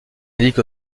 indique